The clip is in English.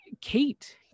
Kate